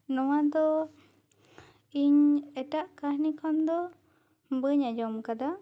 ᱱᱚᱶᱟ ᱫᱚ ᱤᱧ ᱮᱴᱟᱜᱟᱜ ᱠᱟᱹᱦᱱᱤ ᱠᱷᱚᱱ ᱫᱚ ᱵᱟᱹᱧ ᱟᱸᱡᱚᱢ ᱟᱠᱟᱫᱟ